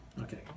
Okay